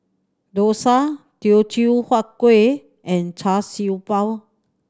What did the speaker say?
dosa Teochew Huat Kuih and Char Siew Bao